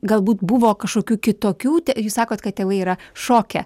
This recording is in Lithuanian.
galbūt buvo kažkokių kitokių jūs sakot kad tėvai yra šoke